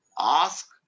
ask